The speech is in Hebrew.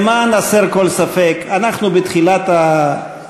למען הסר כל ספק, אנחנו בתחילת ההצבעות.